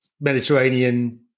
Mediterranean